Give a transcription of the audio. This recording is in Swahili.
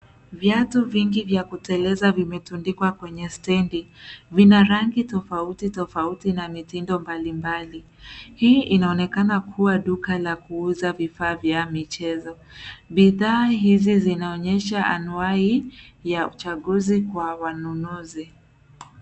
Viatu vingi vya kuteleza vimetundikwa kwenye stendi, vina rangi tofauti tofauti na mitindo mbali mbali. Hii inaonekana kuwa duka la kuuza vifaa vya michezo. Bidhaa hizi zinaonyesha anuwai ya uchaguzi kwa wanunuzi.